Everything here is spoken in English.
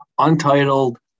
Untitled